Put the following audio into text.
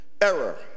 error